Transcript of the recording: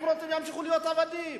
הם רוצים שהם ימשיכו להיות עבדים.